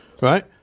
Right